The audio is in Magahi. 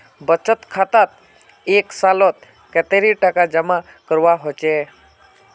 बचत खातात एक सालोत कतेरी टका जमा करवा होचए?